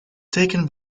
taken